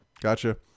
Gotcha